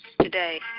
Today